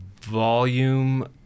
volume